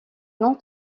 non